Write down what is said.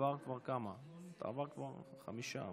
אי-אפשר ככה,